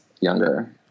younger